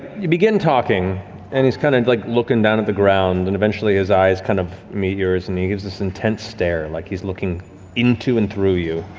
you begin talking and he's kind of like looking down at the ground and eventually his eyes kind of meet yours and he gives this intense stare, like he's looking into and through you.